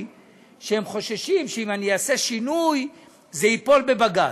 שהם חוששים שאם אעשה שינוי זה ייפול בבג"ץ.